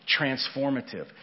transformative